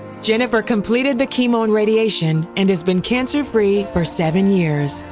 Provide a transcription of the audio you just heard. jennifer completed the chemo and radiation and has been cancer-free for seven years.